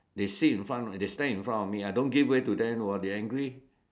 they sit in front or they stand in front of me I don't give way to them !wah! they angry